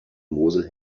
mosel